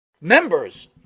Members